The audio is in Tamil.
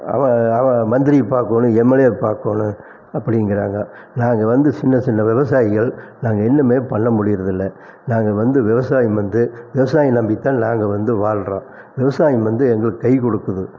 அவன் அவன் மந்திரியை பாக்கணும் எம்எல்ஏவை பாக்கணும் அப்படிங்கறாங்க நாங்கள் வந்து சின்ன சின்ன விவசாயிகள் நாங்கள் இன்னுமே பண்ண முடியிறதில்ல நாங்கள் வந்து விவசாயம் வந்து விவசாயம் நம்பிதான் நாங்கள் வந்து வாழ்கிறோம் விவசாயம் வந்து எங்களுக்கு கை கொடுக்குது